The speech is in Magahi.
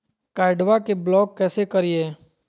कार्डबा के ब्लॉक कैसे करिए?